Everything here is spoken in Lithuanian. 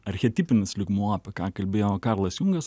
archetipinis lygmuo apie ką kalbėjo karlas jungas